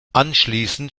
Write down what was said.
anschließend